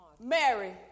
Mary